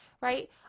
right